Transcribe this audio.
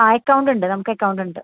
ആ അക്കൗണ്ട് ഉണ്ട് നമുക്ക് അക്കൗണ്ടുണ്ട്